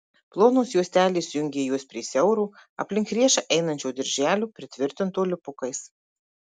plonos juostelės jungė juos prie siauro aplink riešą einančio dirželio pritvirtinto lipukais